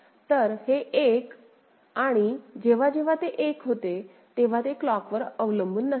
तर हे 1 आणि जेव्हा जेव्हा ते 1 होते तेव्हा ते क्लॉकवर अवलंबून नसते